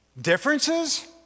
differences